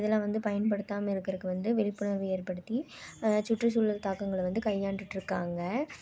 இதெலாம் வந்து பயன்படுத்தாமல் இருக்குறக்கு வந்து விழிப்புணர்வு ஏற்படுத்தி சுற்றுச்சூழல் தாக்கங்களை வந்து கையாண்டுட்டுருக்காங்க